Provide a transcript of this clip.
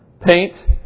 paint